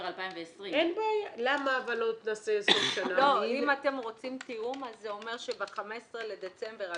2020. אם אתם רוצים תיאום זה אומר שב-15 לדצמבר 2019,